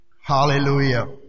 Hallelujah